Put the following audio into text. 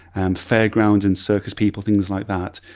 and fairground and circus people things like that.